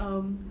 um